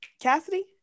Cassidy